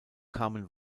kamen